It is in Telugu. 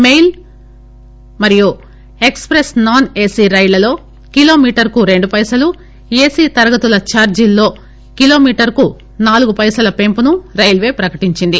మెయిల్ మరియు ఎక్స్ ప్రెస్ నాస్ ఎసి రైళ్లల్లో కిలోమీటరుకు రెండు పైసలు ఎసి తరగతుల ఛార్షీలలో కిలోమీటరుకు నాలుగు పైసల పెంపును రైల్వే ప్రకటించింది